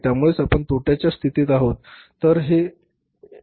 त्यामुळेच आपण तोट्याच्या स्थितीत आहोत